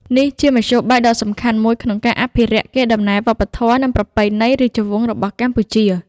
នេះជាមធ្យោបាយដ៏សំខាន់មួយក្នុងការអភិរក្សកេរដំណែលវប្បធម៌ និងប្រពៃណីរាជវង្សរបស់កម្ពុជា។